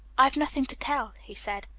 i've nothing to tell, he said.